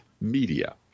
media